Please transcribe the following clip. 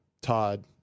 Todd